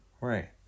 Right